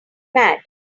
mad